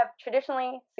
traditionally